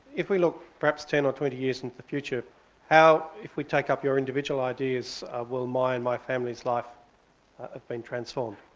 if we look perhaps ten or twenty years into the future how, if we take up your individual ideas will my and my family's life have been transformed?